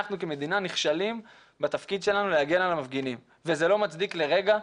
אנחנו כמדינה נכשלים בתפקיד שלנו להגן על המפגינים וזה לא מצדיק לרגע,